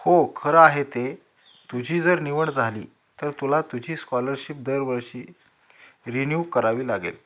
हो खरं आहे ते तुझी जर निवड झाली तर तुला तुझी स्कॉलरशिप दरवर्षी रिन्यू करावी लागेल